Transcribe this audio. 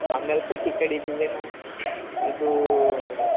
ಮಂಗಲ ಪೇಟೆ ಈ ಕಡೆ ಇದ್ದಿದ್ದೆ ನಾ ಇದು